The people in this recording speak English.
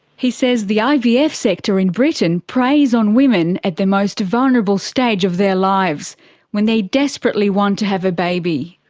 he says the ivf yeah ivf sector in britain preys on women at the most vulnerable stage of their lives when they desperately want to have a baby.